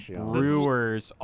brewers